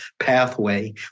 pathway